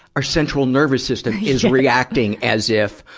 our central nervous system is reacting as if,